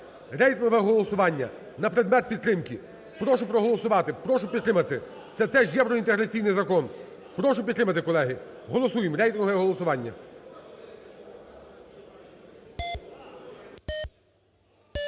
Рейтингове голосування на предмет підтримки. Прошу проголосувати, прошу підтримати. Це теж євроінтеграційний закон. Прошу підтримати, колеги. Голосуємо. Рейтингове голосування.